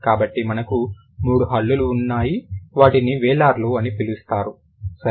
కాబట్టి మనకు 3 హల్లులు ఉన్నాయి వాటిని వేలార్లు అని పిలుస్తారు సరేనా